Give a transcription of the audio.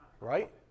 right